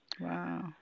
Wow